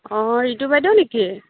অ' ৰিতু বাইদেউ নেকি